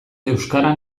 euskara